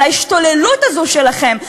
על ההשתוללות הזאת שלכם,